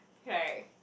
right